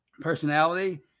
personality